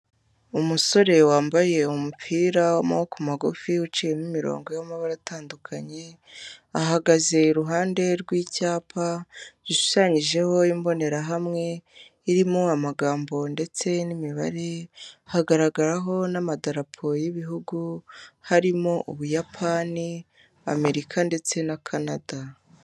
Umusore wambaye umupira w'amaboko magufi uciyemo imirongo y'amabara atandukanye, ahagaze iruhande rw'icyapa gishushanyijeho imbonerahamwe, irimo amagambo ndetse n'imibare, hagaragaraho n'amadarapo y'ibihugu, harimo Ubuyapani, Amerika ndetse na Kanada.